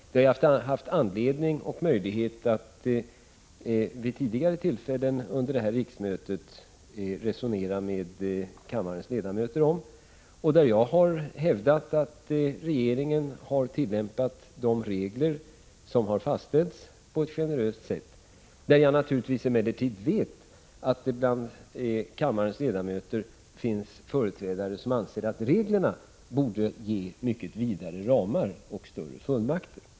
Det har jag haft anledning och möjlighet att vid tidigare tillfällen under det här riksmötet resonera med kammarens ledamöter om, och jag har hävdat att regeringen på ett generöst sätt har tillämpat de regler som har fastställts. Jag vet naturligtvis att det bland kammarens ledamöter finns företrädare som anser att reglerna borde ge mycket vidare ramar och större fullmakter.